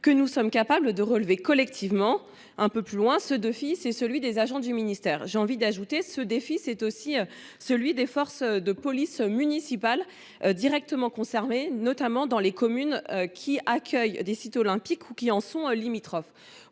que nous sommes capables de relever collectivement. […] Ce défi, c’est celui des agents du ministère. » J’ai envie d’ajouter : ce défi, c’est aussi celui des forces de police municipale, directement concernées, notamment dans les communes qui accueillent des sites olympiques ou en sont limitrophes